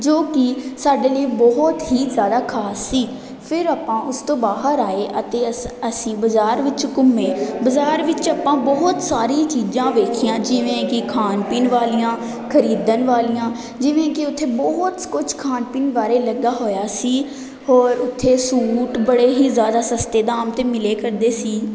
ਜੋ ਕਿ ਸਾਡੇ ਲਈ ਬਹੁਤ ਹੀ ਜ਼ਿਆਦਾ ਖਾਸ ਸੀ ਫਿਰ ਆਪਾਂ ਉਸ ਤੋਂ ਬਾਹਰ ਆਏ ਅਤੇ ਅਸੀਂ ਅਸੀਂ ਬਜ਼ਾਰ ਵਿੱਚ ਘੁੰਮੇ ਬਜ਼ਾਰ ਵਿੱਚ ਆਪਾਂ ਬਹੁਤ ਸਾਰੀਆਂ ਚੀਜ਼ਾਂ ਵੇਖੀਆਂ ਜਿਵੇਂ ਕਿ ਖਾਣ ਪੀਣ ਵਾਲੀਆਂ ਖਰੀਦਣ ਵਾਲੀਆਂ ਜਿਵੇਂ ਕਿ ਉੱਥੇ ਬਹੁਤ ਕੁਛ ਖਾਣ ਪੀਣ ਬਾਰੇ ਲੱਗਾ ਹੋਇਆ ਸੀ ਹੋਰ ਉੱਥੇ ਸੂਟ ਬੜੇ ਹੀ ਜ਼ਿਆਦਾ ਸਸਤੇ ਦਾਮ 'ਤੇ ਮਿਲਿਆ ਕਰਦੇ ਸੀ